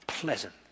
Pleasant